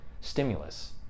stimulus